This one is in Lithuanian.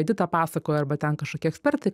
edita pasakoja arba ten kažkokie ekspertai